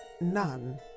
none